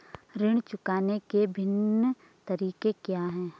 ऋण चुकाने के विभिन्न तरीके क्या हैं?